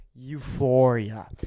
euphoria